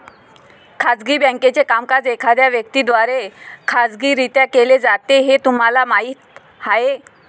खाजगी बँकेचे कामकाज एखाद्या व्यक्ती द्वारे खाजगीरित्या केले जाते हे तुम्हाला माहीत आहे